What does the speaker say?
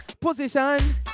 position